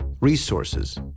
resources